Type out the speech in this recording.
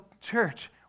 church